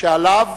שעליו